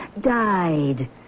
died